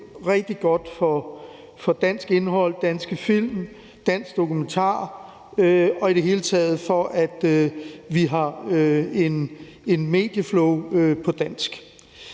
rigtig godt for dansk indhold, danske film og dansk dokumentar, og i det hele taget for, at vi har et medieflow på dansk.